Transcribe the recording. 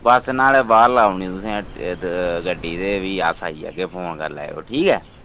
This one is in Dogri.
बस नुहाड़े बाह्र लाई ओड़नी तुसें गड्डी ते फ्ही अस आई जाह्गे फोन करी लैएओ ठीक ऐ